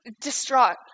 distraught